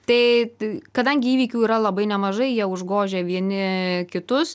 tai kadangi įvykių yra labai nemažai jie užgožia vieni kitus